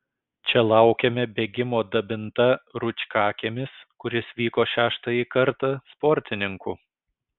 čia laukėme bėgimo dabinta rūčkakiemis kuris vyko šeštąjį kartą sportininkų